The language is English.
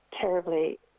terribly